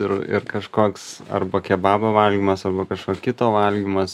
ir ir kažkoks arba kebabo valgymas arba kažko kito valgymas